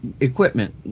equipment